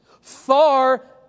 far